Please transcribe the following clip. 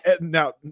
now